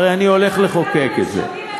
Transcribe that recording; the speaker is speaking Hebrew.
הרי אני הולך לחוקק את זה,